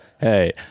hey